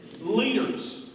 Leaders